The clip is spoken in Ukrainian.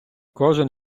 кожен